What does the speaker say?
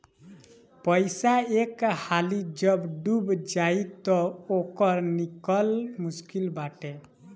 पईसा एक हाली जब डूब जाई तअ ओकर निकल मुश्लिक बाटे